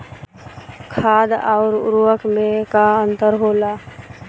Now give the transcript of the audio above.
खाद्य आउर उर्वरक में का अंतर होला?